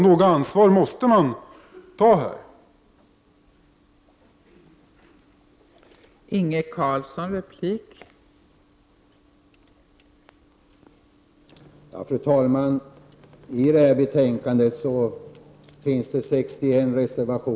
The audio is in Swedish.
Något ansvar måste socialdemokraterna ta för detta.